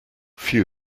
few